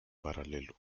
paralelo